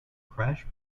crash